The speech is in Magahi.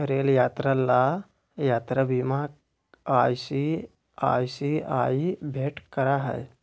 रेल यात्रा ला यात्रा बीमा आई.सी.आई.सी.आई भेंट करा हई